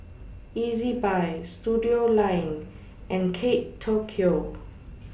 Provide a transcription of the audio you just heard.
Ezbuy Studioline and Kate Tokyo